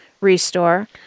Restore